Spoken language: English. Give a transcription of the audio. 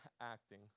acting